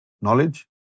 knowledge